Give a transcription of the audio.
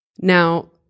Now